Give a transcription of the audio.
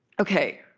ok,